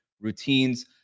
routines